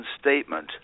statement